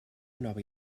nova